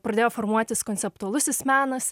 pradėjo formuotis konceptualusis menas